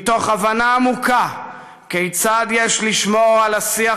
מתוך הבנה עמוקה כיצד לשמור על השיח